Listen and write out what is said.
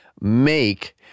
make